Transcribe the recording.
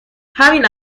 همین